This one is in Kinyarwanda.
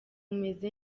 meze